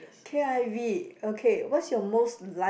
k_i_v okay what's your most liked